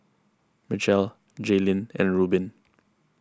Mitchell Jaylynn and Rubin